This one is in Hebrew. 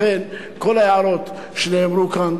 לכן, כל ההערות שנאמרו כאן,